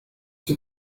die